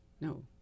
No